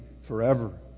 forever